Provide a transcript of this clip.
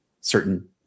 certain